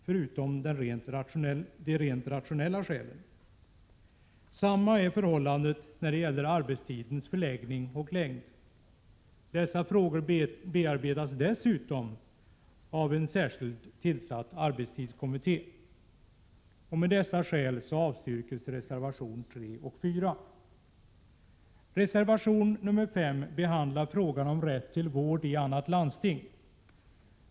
Förhållandet är detsamma beträffande arbetstidens förläggning och längd. Dessa frågor behandlas dessutom av en särskilt tillsatt arbetstidskommitté. Av dessa skäl avstyrker utskottet reservation 3 och 4. Reservation 5 behandlar frågan om rätt till vård i annat landsting.